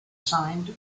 signed